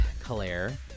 Claire